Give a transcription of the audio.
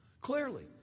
Clearly